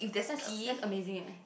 that's a~ that's amazing eh